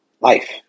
life